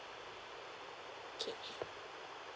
K